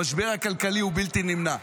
המשבר הכלכלי הוא בלתי נמנע.